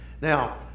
Now